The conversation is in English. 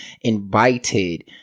invited